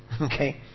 Okay